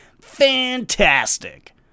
fantastic